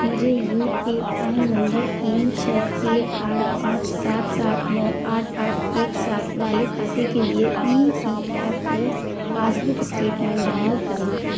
मुझे U A N नम्बर तीन छः एक आठ पाँच सात सात नौ आठ आठ एक सात वाले खाते के लिए E P F O passbook statement download करना है